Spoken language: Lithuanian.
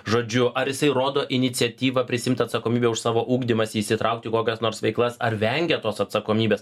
žodžiu ar jisai rodo iniciatyvą prisiimt atsakomybę už savo ugdymąsi įsitraukt į kokias nors veiklas ar vengia tos atsakomybės